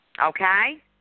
Okay